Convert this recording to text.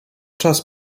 czas